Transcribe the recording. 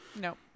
No